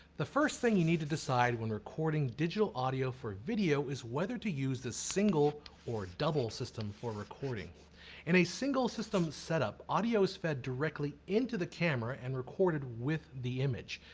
the first thing you need to decide when recording digital audio for video is whether to use the single or double system for recording in a single system setup, audio is fed directly into the camera and recorded with the image.